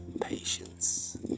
patience